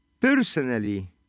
personally